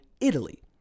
Italy